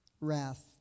wrath